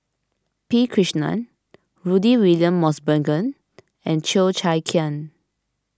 P Krishnan Rudy William Mosbergen and Cheo Chai Hiang